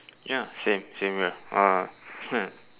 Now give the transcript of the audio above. ya same same here uh